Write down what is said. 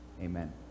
amen